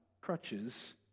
crutches